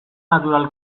natural